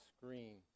screen